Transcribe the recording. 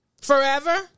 forever